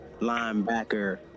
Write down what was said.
linebacker